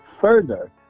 further